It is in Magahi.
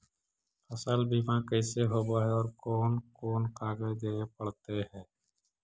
फसल बिमा कैसे होब है और कोन कोन कागज देबे पड़तै है?